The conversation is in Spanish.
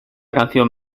canción